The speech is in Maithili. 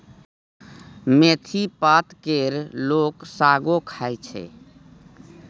मेथी पात केर लोक सागो खाइ छै